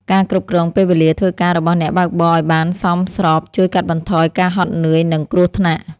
ការគ្រប់គ្រងពេលវេលាធ្វើការរបស់អ្នកបើកបរឱ្យបានសមស្របជួយកាត់បន្ថយការហត់នឿយ និងគ្រោះថ្នាក់។